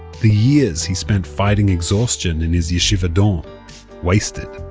the years he spent fighting exhaustion in his yeshiva dorm wasted.